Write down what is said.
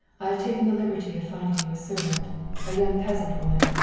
i have taken the liberty of finding you a servant a young peasant woman.